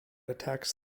attacks